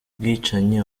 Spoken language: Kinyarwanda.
bwicanyi